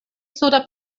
suda